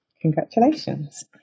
Congratulations